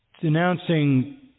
denouncing